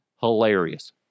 Hilarious